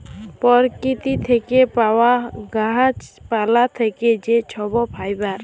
পরকিতি থ্যাকে পাউয়া গাহাচ পালা থ্যাকে যে ছব ফাইবার